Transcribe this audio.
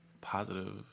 positive